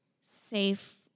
safe